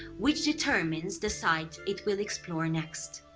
which determines the site it will explore next.